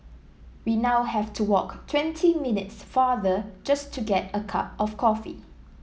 we now have to walk twenty minutes farther just to get a cup of coffee